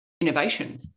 innovation